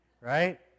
right